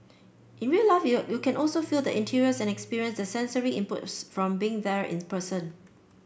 in real life you you can also feel the interiors and experience the sensory inputs from being there in person